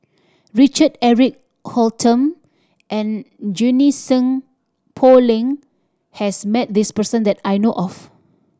Richard Eric Holttum and Junie Sng Poh Leng has met this person that I know of